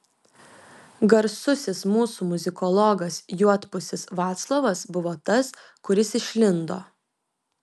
garsusis mūsų muzikologas juodpusis vaclovas buvo tas kuris išlindo